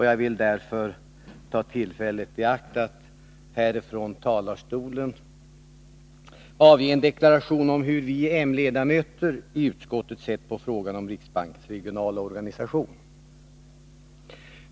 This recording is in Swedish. Jag vill därför ta tillfället i akt att från kammarens talarstol avge en deklaration om hur vi m-ledamöter i utskottet sett på frågan om riksbankens regionala organisation.